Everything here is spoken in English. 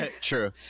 true